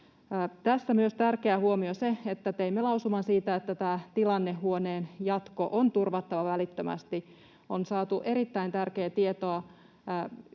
Tässä myös tärkeä huomio on se, että teimme lausuman siitä, että tämän tilannehuoneen jatko on turvattava välittömästi. On saatu erittäin tärkeää tietoa